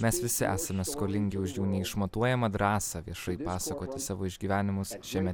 mes visi esame skolingi už jų neišmatuojamą drąsą viešai pasakoti savo išgyvenimus šiame